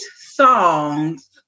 songs